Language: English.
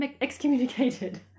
excommunicated